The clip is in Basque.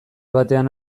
batean